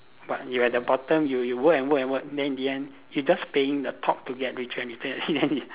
but you at the bottom you you work and work and work then in the end you just paying the top to get richer and richer and then